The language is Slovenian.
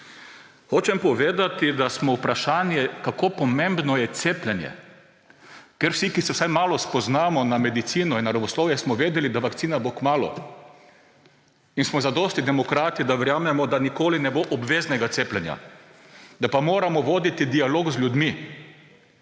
Hočem povedati, da smo vprašanje, kako pomembno je cepljenje, ker vsi, ki se vsaj malo spoznamo na medicino in naravoslovje, smo vedeli, da vakcina bo kmalu; in smo dovolj demokrati, da verjamemo, da nikoli ne bo obveznega cepljenja, da pa moramo voditi dialog z ljudmi.